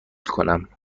کنم